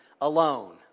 alone